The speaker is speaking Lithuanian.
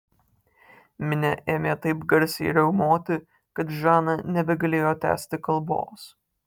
minia ėmė taip garsiai riaumoti kad žana nebegalėjo tęsti kalbos